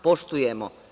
Poštujemo.